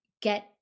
get